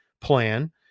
plan